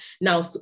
Now